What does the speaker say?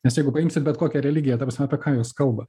nes jeigu paimsim bet kokią religiją ta prasme apie ką jos kalba